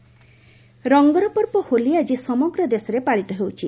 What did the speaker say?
ହୋଲି ରଙ୍ଗର ପର୍ବ ହୋଲି ଆଜି ସମଗ୍ର ଦେଶରେ ପାଳିତ ହେଉଛି